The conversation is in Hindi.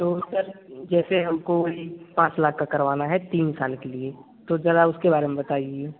तो सर जैसे हमको यह पाँच लाख का कराना है तीन साल के लिए तो ज़रा उसके बारें में बताइए